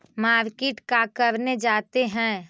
Market का करने जाते हैं?